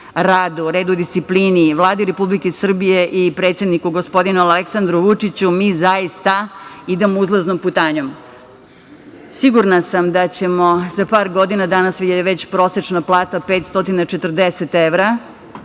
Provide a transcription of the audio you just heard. radu, redu i disciplini, Vladi Republike Srbije i predsednik, gospodinu Aleksandru Vučiću, mi zaista idemo uzlaznom putanjom. Sigurna sam da ćemo za par godina, a danas već prosečna plata 540 evra